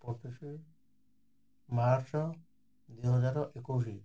ପଚିଶ ମାର୍ଚ୍ଚ ଦୁଇ ହଜାର ଏକୋଇଶ